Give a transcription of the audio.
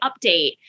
update